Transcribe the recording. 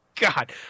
God